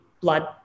blood